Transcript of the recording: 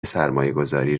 سرمایهگذاری